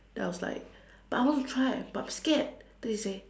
then I was like but I want to try but scared then they say